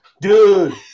dude